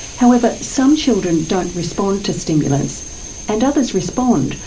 however, some children don't respond to stimulants and others respond,